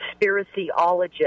conspiracyologist